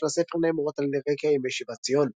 של הספר נאמרות על רקע ימי שיבת ציון.